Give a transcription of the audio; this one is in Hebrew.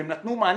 והן נתנו מענה.